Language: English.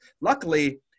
luckily